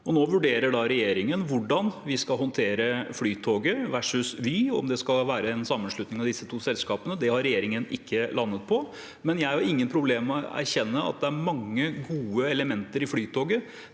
Nå vurderer da regjeringen hvordan vi skal håndtere Flytoget versus Vy, om det skal være en sammenslutning av disse to selskapene, og det har regjeringen ikke landet på. Men jeg har ingen problemer med å erkjenne at det er mange gode elementer i Flytoget.